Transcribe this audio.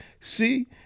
see